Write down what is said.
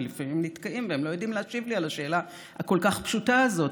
לפעמים הם נתקעים ולא יודעים להשיב לי על השאלה הכל-כך פשוטה הזאת.